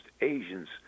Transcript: Asians